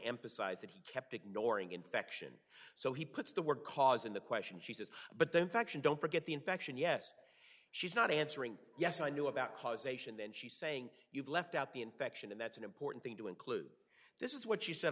emphasize that he kept ignoring infection so he puts the word cause in the question she says but then faction don't forget the infection yes she's not answering yes i knew about causation then she's saying you've left out the infection and that's an important thing to include this is what she said